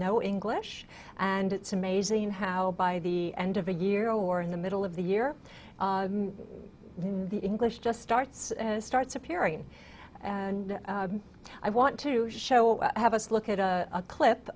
no english and it's amazing how by the end of a year or in the middle of the year the english just starts starts appearing and i want to show i have us look at a clip